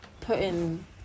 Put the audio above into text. putting